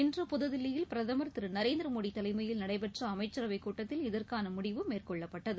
இன்று புதுதில்லியில் பிரதமர் திரு நரேந்திரமோடி தலைமையில் நடைபெற்ற அமைச்சரவைக் கூட்டத்தில் இதற்கான முடிவு மேற்கொள்ளப்பட்டது